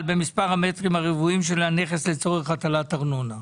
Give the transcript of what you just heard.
במספר המטרים הרבועים של המטר לצורך הטלת ארנונה.